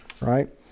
Right